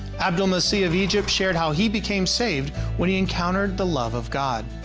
abdel masih of egypt shared how he became saved when he encountered the love of god.